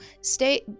stay